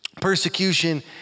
persecution